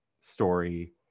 story